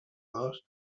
dos